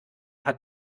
hat